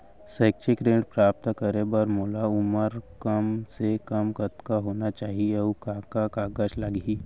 शैक्षिक ऋण प्राप्त करे बर मोर उमर कम से कम कतका होना चाहि, अऊ का का कागज लागही?